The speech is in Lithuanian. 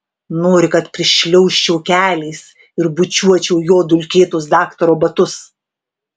nori kad prišliaužčiau keliais ir bučiuočiau jo dulkėtus daktaro batus